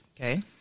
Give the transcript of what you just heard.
okay